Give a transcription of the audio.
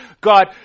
God